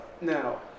Now